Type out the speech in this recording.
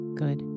good